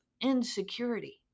insecurity